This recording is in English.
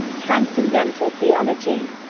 transcendental theology